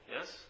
Yes